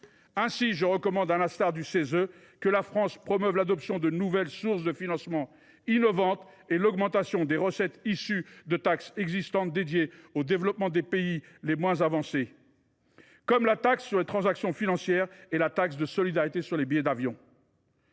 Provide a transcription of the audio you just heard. (Cese), je recommande que la France promeuve l’adoption de nouvelles sources de financement innovantes, ainsi que l’augmentation des recettes de taxes existantes consacrées au développement des pays les moins avancés, comme la taxe sur les transactions financières ou la taxe de solidarité sur les billets d’avion.